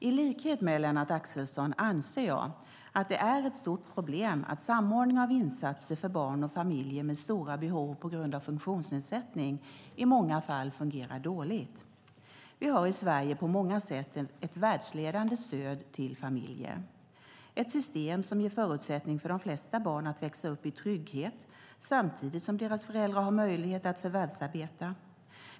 I likhet med Lennart Axelsson anser jag att det är ett stort problem att samordning av insatser för barn och familjer med stora behov på grund av funktionsnedsättning i många fall fungerar dåligt. Vi har i Sverige på många sätt ett världsledande stöd till familjer, ett system som ger förutsättningar för de flesta barn att växa upp i trygghet samtidigt som deras föräldrar har möjlighet att förvärvsarbeta.